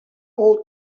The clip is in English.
old